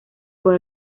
por